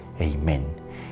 Amen